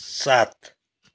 सात